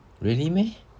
really meh